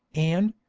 and,